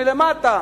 מלמטה.